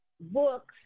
books